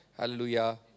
Hallelujah